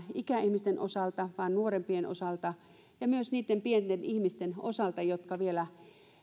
ikäihmisten osalta vaan nuorempien osalta ja myös niitten pienten ihmisten osalta jotka vielä